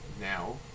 now